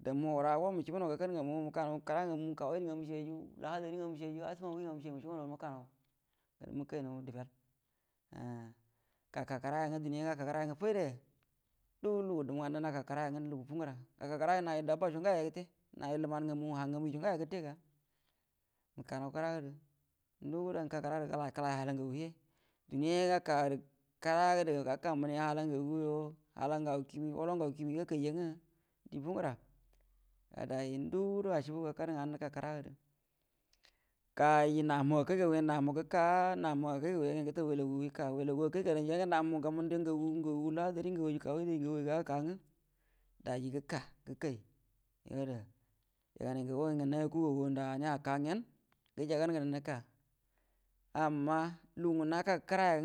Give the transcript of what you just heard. damuru wutaga manie mucebunaw kakadu ngamu gəre məkanaw kawa idi ngamu cieyyu, lahadiri ngamu cieyyu assamawie cieyyu mucəabunow gərə mu ka naw məkaynaw dəbel am gaka kərə yaŋwə duniya gaka kora yan gwə fayda ndu guəro lugu dumu gwə naka kəra yangwə lugu fungura gaka kəra yangwə narə dabbaco ngayə gəte nawu ləman ngamu hangamuco ngwə gətega, məkanaw kəragədə nduguəro nəkə gərə nəlay kuru hata ngamu hə kəra hala gau kimi wolongaw kiemi ga kay yangwo die fungəra ga day ndu guəro acebu gakada naka kəra gaji namuru a kay gagugyen akay gagu ya gyen gəteal welagu yəka namu gamandu lahdan gagu kawa idi gaguay gəga gəka ngwə dafi gəka gəkay you yagnay gaga gagu ngwə naya ku gagu gərə naja aka gyen gəja gan grə nəka amma lugu na ka kəra.